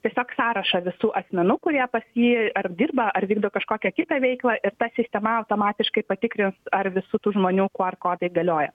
tiesiog sąrašą visų asmenų kurie pas jį ar dirba ar vykdo kažkokią kitą veiklą ir ta sistema automatiškai patikrins ar visų tų žmonių qr kodai galioja